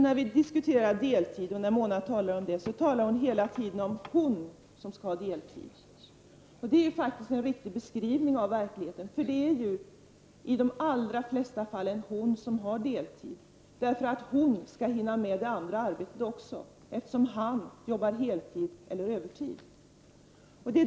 När vi då diskuterar deltid säger Mona Saint Cyr hela tiden att det är ''hon'' som skall ha deltid. Detta är en riktig beskrivning av verkligheten. För det är i de allra flesta fall en hon som har deltid, därför att hon skall hinna med det andra arbetet också och mannen arbetar heltid eller övertid.